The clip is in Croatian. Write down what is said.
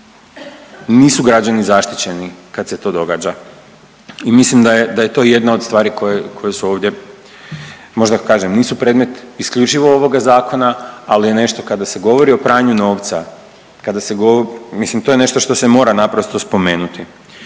nisu građani zaštićeni kad se to događa i mislim da je, da je i to jedna od stvari koje su ovdje možda kažem nisu predmet isključivo ovoga zakona, ali nešto kada se govori o pranju novca, kada se, mislim to je nešto što se mora naprosto spomenuti.